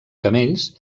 camells